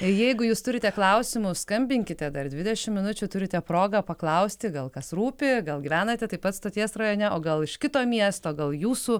jeigu jūs turite klausimų skambinkite dar dvidešimt minučių turite progą paklausti gal kas rūpi gal gyvenate taip pat stoties rajone o gal iš kito miesto gal jūsų